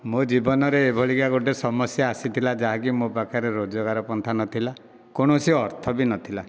ମୋ ଜୀବନରେ ଏହିଭଳିକା ଗୋଟିଏ ସମସ୍ୟା ଆସିଥିଲା ଯାହାକି ମୋ ପାଖରେ ରୋଜଗାର ପନ୍ଥା ନଥିଲା କୌଣସି ଅର୍ଥ ବି ନଥିଲା